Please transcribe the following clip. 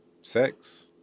Sex